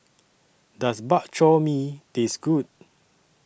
Does Bak Chor Mee Taste Good